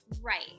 right